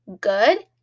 good